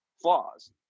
flaws